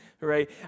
right